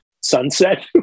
sunset